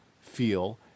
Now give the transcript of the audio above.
feel